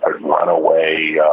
runaway